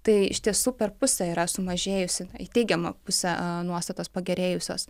tai iš tiesų per pusę yra sumažėjusi į teigiamą pusę nuostatos pagerėjusios